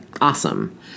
awesome